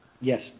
Yes